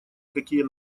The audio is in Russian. какие